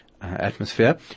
atmosphere